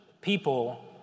people